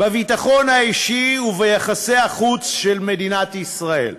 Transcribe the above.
בביטחון האישי וביחסי החוץ של מדינת ישראל.